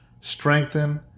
strengthen